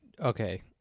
okay